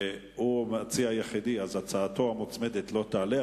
והוא המציע השני, הצעתו המוצמדת לא תעלה.